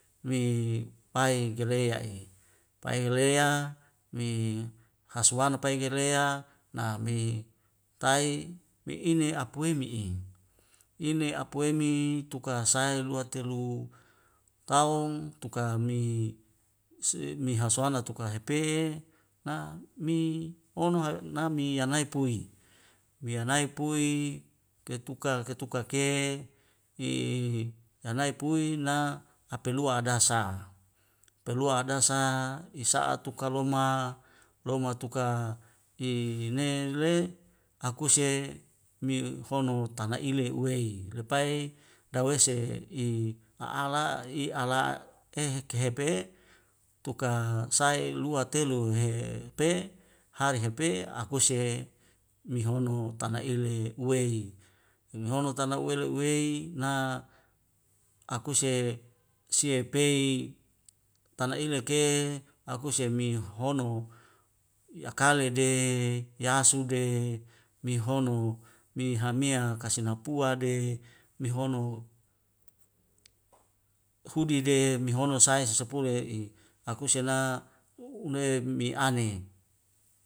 Me pai gelea'e pai gelea me haswanu pai gelea na me tai me ine apueme'i ime apuemi tuka sai lua telu kaum tuka mi mi haswana tuka hepe na mi ono nami yanai pui mi yanai pui ketukal ketukal ke hi ya nai pui na apelua adasa pelua adasa isa'a tu kaloma loma tuka i ne le akuse mi hono tanga ile uwei lepai dawese i a'ala i ala eh kehepe'e tuka sai lua telu he pe hari hepe akuse mihono tana ile uwei wamihono tana uwele uwei na akuse sie pei tana ileke akuse amin ninihono yakale de yasuda e mihono mi hamea kase na pua de mihono hudi te mihono sai si sepulu e i akusena u unre mi ane